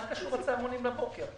מה זה קשור לצהרונים בבוקר?